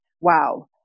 Wow